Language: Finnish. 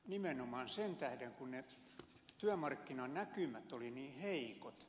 nimenomaan sen tähden kun ne työmarkkinanäkymät olivat niin heikot